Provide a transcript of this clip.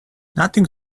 nothing